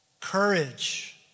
courage